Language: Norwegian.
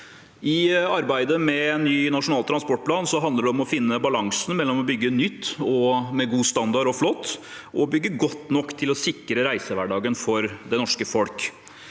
I arbeidet med en ny nasjonal transportplan handler det om å finne balansen mellom å bygge nytt – med god standard og flott – og å bygge godt nok til å sikre reisehverdagen for det norske folk.